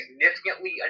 significantly